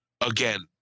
again